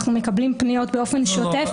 אנחנו מקבלים פניות באופן שוטף.